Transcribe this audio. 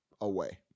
away